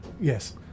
Yes